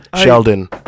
Sheldon